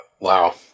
Wow